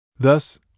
Thus